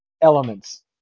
elements